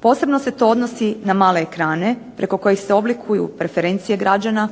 Posebno se to odnosi na male ekrane preko kojih se oblikuju preferencije građana